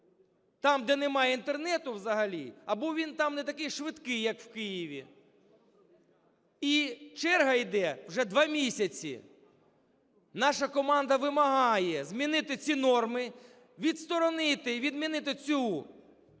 там, де немає Інтернету взагалі або він там не такий швидкий, як в Києві. І черга йде вже 2 місяці. Наша команда вимагає змінити ці норми, відсторонити і відмінити цю